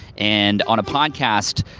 and on a podcast,